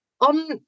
On